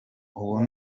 ubu